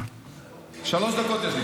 יש לי שלוש דקות.